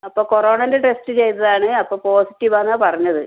അപ്പോൾ കോറോണേൻ്റെ ടെസ്റ്റ് ചെയ്തതാണ് അപ്പോൾ പോസിറ്റീവാണെന്നാണ് പറഞ്ഞത്